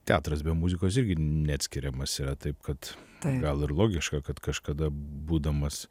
teatras be muzikos irgi neatskiriamas yra taip kad gal ir logiška kad kažkada būdamas